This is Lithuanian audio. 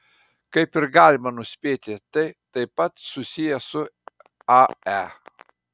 kaip ir galima nuspėti tai taip pat susiję su ae